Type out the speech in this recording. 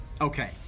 Okay